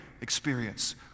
experience